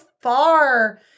far